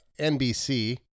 NBC